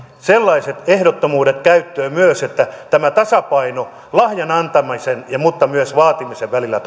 sellaiset ehdottomuudet käyttöön myös että tämä tasapaino lahjan antamisen mutta myös vaatimisen välillä